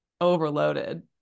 overloaded